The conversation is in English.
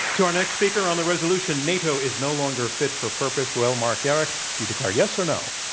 so, our next speaker on the resolution nato is no longer fit for purpose, reuel marc gerecht. do you declare yes or no?